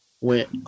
went